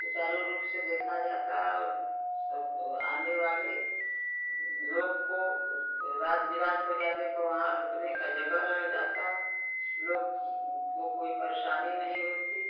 सुचारु रूप से देखा जाता और सब आने वाले लोग को रात बिरात हो जाने पे वहाँ रुकने का जगह रह जाता लोग को कोई परेशानी नहीं होती